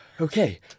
okay